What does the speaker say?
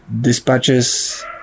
dispatches